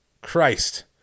Christ